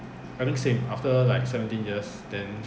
I think same after like seventeen years then